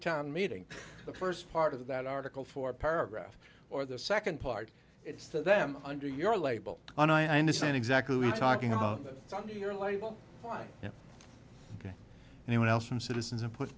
town meeting the first part of that article for paragraph or the second part it's them under your label and i understand exactly what you're talking about your label anyone else from citizens and put